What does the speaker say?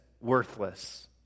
worthless